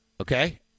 Okay